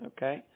Okay